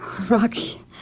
Rocky